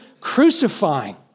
crucifying